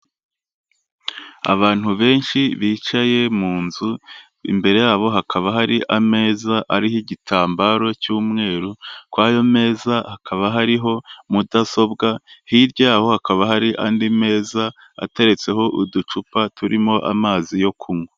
Abantu benshi bicaye mu nzu imbere yabo hakaba hari ameza ariho igitambaro cy'umweru, ku ayo meza hakaba hariho mudasobwa, hirya yaho hakaba hari andi meza ateretseho uducupa turimo amazi yo kunywa.